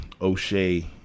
o'shea